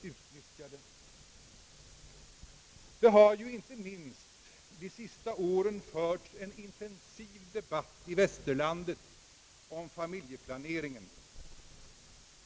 Icke minst under de senaste åren har det i västerlandet förts en intensiv debatt om familjeplaneringen.